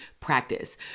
practice